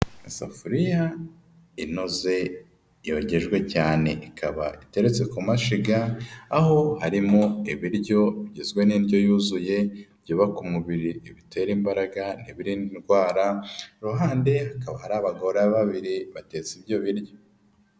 Isafuriya inoze yogejwe cyane, ikaba iteretse ku mashiga, aho harimo ibiryo bigizwe n'indyo yuzuye, ibyubaka umubiri, ibitera imbaraga n'ibiri indwara, ku ruhande hakaba hari abagore babiri batetse ibyo biryo.